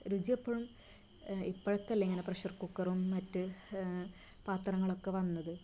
രുചി എപ്പോഴും ഇപ്പോഴൊക്കെയല്ലെ ഇങ്ങനെ പ്രഷർ കുക്കറും മറ്റ് പാത്രങ്ങളൊക്കെ വന്നത്